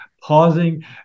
pausing